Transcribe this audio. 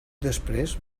després